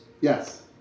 Yes